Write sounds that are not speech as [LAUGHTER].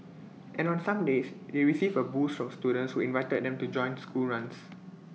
[NOISE] and on some days they received A boost from students who invited them to join school runs